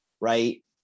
right